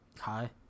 Hi